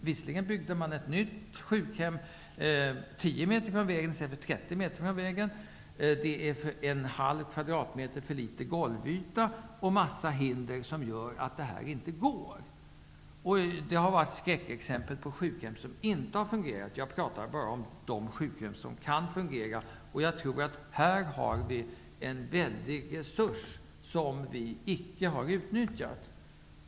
Man byggde ett nytt sjukhem 10 meter från vägen i stället för 30 meter från vägen. Golvytan är kanske en halv kvadratmeter för liten. Det finns en mängd hinder som gör att det inte går. Det finns skräckexempel på sjukhem som inte har fungerat. Jag pratar bara om de sjukhem som kan fungera. Här har vi en stor resurs som vi icke har utnyttjat.